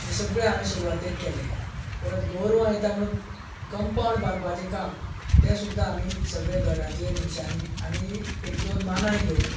हें सगळें हांवें सुरवातेक केलें परत गोरवां येता म्हणून कंपावंड बांदपाचें काम तें सुद्दां आमी सगळ्यां घरांतल्या मनशांनी आनी एक दोन मानाय घेवन